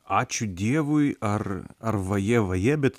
ačiū dievui ar ar vaje vaje bet